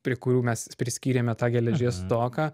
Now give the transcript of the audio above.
prie kurių mes priskyrėme tą geležies stoką